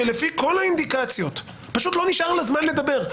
שלפי כל האינדיקציות פשוט לא נשאר לה זמן לדבר.